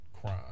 Crime